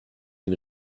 den